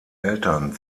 eltern